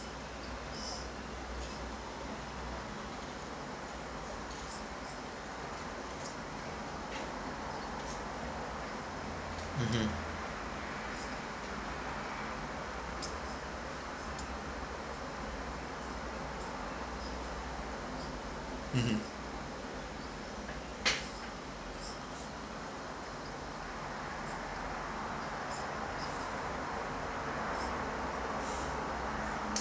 mmhmm mmhmm